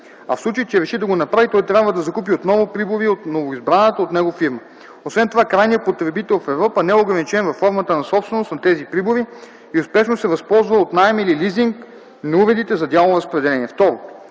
А в случай, че реши да го направи той трябва да закупи отново прибори от новоизбраната от него фирма. Освен това крайният потребител в Европа не е ограничен във формата на собственост на тези прибори и успешно се възползва от наем или лизинг на уредите за дялово разпределение. 2.